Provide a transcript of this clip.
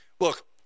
look –